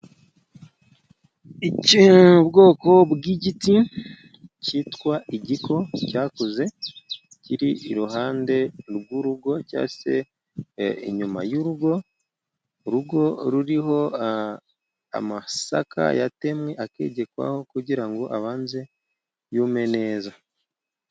Iki ni ubwoko bw'igiti cyitwa igiko cyakuze. Kiri iruhande rw'urugo cyangwa se inyuma y'urugo. Urugo ruriho amasaka yatemwe akegekwaho, kugira ngo abanze yume neza.